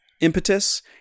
impetus